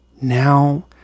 Now